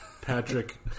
Patrick